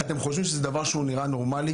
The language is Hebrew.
אתם חושבים שזה דבר שהוא נראה נורמלי?